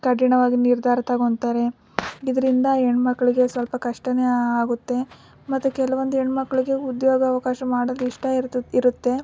ಕಠಿಣವಾಗಿ ನಿರ್ಧಾರ ತಗೊತಾರೆ ಇದರಿಂದ ಹೆಣ್ಮಕ್ಳಿಗೆ ಸ್ವಲ್ಪ ಕಷ್ಟಾನೆ ಆಗುತ್ತೆ ಮತ್ತು ಕೆಲವೊಂದು ಹೆಣ್ಮಕ್ಳಿಗೆ ಉದ್ಯೋಗಾವಕಾಶ ಮಾಡೋದು ಇಷ್ಟ ಇರುತ್ತೆ